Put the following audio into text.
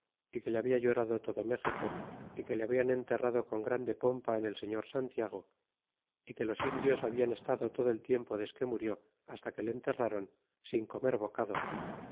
que le habia horado todo méxico y que le hablan enterrado con grande pompa en señor santiago é que los indios habian estado todo el tiempo desque murió hasta que le enterrron sin comer bocado